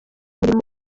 umurimo